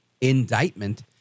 indictment